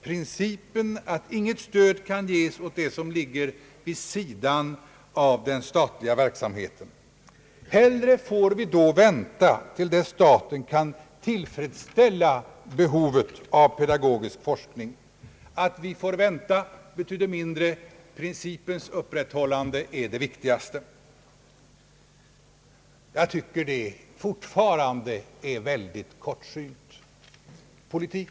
Principen att inget stöd kan ges åt det som ligger vid sidan av den statliga verksamheten är helig. Hellre får vi då vänta till dess staten kan tillfredsställa behovet av pedagogisk forskning. Att vi får vänta betyder mindre. Principens upprätthållande är det viktigaste. Jag tycker fortfarande att det är en mycket kortsynt politik.